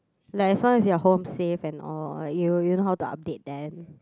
like as long as you're home safe and all you you know how to update them